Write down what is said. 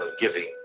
giving